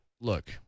look